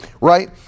right